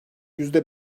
yüzde